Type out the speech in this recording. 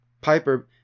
Piper